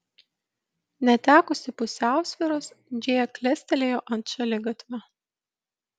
netekusi pusiausvyros džėja klestelėjo ant šaligatvio